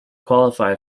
qualify